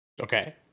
Okay